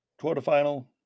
quarterfinal